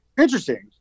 interesting